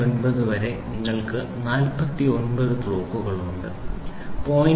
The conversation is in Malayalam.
49 വരെ നിങ്ങൾക്ക് 49 ബ്ലോക്കുകളുണ്ട് 0